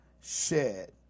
shed